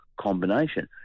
combination